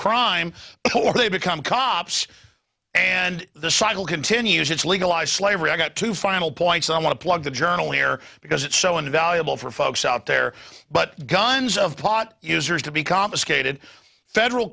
crime they become cops and the cycle continues it's legalized slavery i got two final points i want to plug the journal here because it's so invaluable for folks out there but guns of pot users to be confiscated federal